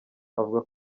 avuga